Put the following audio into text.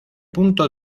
punto